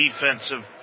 defensive